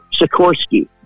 Sikorsky